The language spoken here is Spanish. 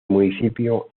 municipio